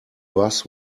bus